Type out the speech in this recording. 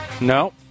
No